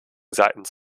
seitens